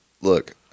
look